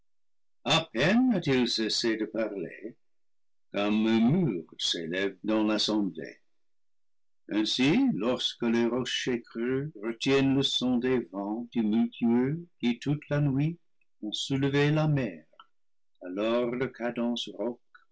de parler qu'un murmure s'élève dans l'assemblée ainsi lorsque les rochers creux retiennent le son des vents tumultueux qui toute la nuit ont soulevé la mer alors leur cadence